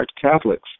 Catholics